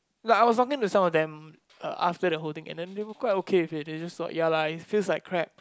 and I was like talking to some of them ask them uh after the whole thing and then they were quite okay with it they just saw ya lah it feels like crap